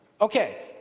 Okay